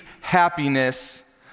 happiness